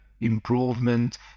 improvement